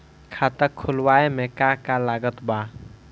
खाता खुलावे मे का का लागत बा?